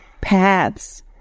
paths